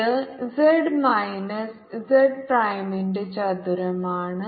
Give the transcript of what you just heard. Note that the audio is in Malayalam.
ഇത് z മൈനസ് z പ്രൈമിന്റെ ചതുരമാണ്